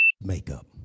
Makeup